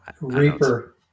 Reaper